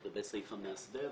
לגבי סעיף המאסדר,